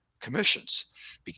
commissions